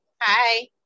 Hi